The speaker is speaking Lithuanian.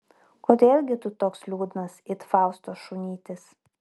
kodėl gi tu toks liūdnas it fausto šunytis